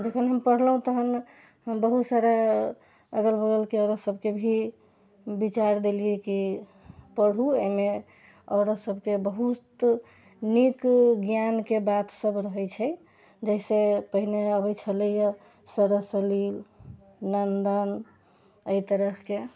जखन हम पढ़लहुँ तहन हम बहुत सारा अगल बगलके औरत सबके भी बिचार देलियै कि पढ़ु एहिमे औरत सबके बहुत नीक ज्ञानके बात सब रहैत छै जैसे पहिने अबैत छलैया सरस सलिल नन्दन एहि तरहके